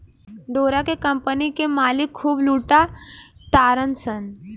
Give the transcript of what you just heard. डोरा के कम्पनी के मालिक खूब लूटा तारसन